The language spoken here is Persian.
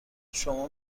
شما